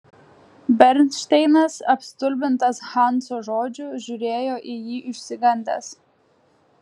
bernšteinas apstulbintas hanso žodžių žiūrėjo į jį išsigandęs